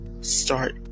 start